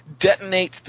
detonates